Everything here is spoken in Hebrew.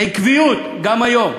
בעקביות, גם היום,